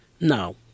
No